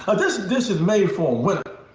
ah this this is made for winning.